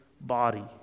body